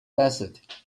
desert